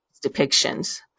depictions